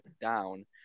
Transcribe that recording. Down